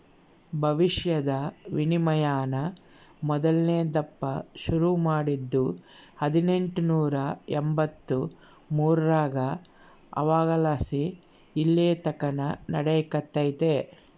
ಭವಿಷ್ಯದ ವಿನಿಮಯಾನ ಮೊದಲ್ನೇ ದಪ್ಪ ಶುರು ಮಾಡಿದ್ದು ಹದಿನೆಂಟುನೂರ ಎಂಬಂತ್ತು ಮೂರರಾಗ ಅವಾಗಲಾಸಿ ಇಲ್ಲೆತಕನ ನಡೆಕತ್ತೆತೆ